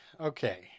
Okay